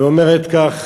ואומרת כך: